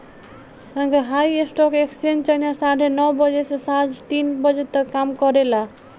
Shanghai stock exchange China साढ़े नौ बजे से सांझ तीन बजे तक काम करेला